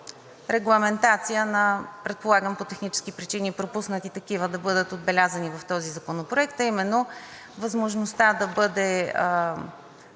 регламентация на, предполагам по технически причини, пропуснати такива, да бъдат отбелязани в този законопроект, а именно възможността да бъде